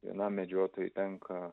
vienam medžiotojui tenka